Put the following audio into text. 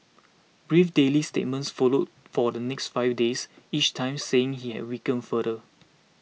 brief daily statements followed for the next five days each time saying he had weakened further